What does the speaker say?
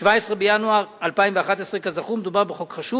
17 בינואר 2011. כזכור, מדובר בחוק חשוב